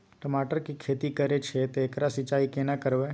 टमाटर की खेती करे छिये ते एकरा सिंचाई केना करबै?